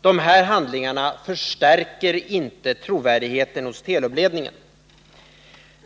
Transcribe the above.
Dessa handlingar förstärker inte trovärdigheten hos Telubledningen.